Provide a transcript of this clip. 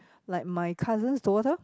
like my cousin's daughter